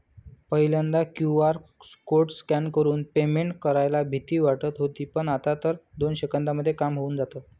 पहिल्यांदा QR code scan करून payment करायला भीती वाटत होती पण, आता तर दोन सेकंदांमध्ये काम होऊन जातं